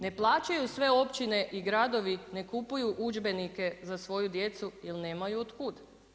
Ne plaćaju sve općine i gradovi, ne kupuju udžbenike za svoju djecu, jer nemaju od kud.